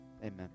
Amen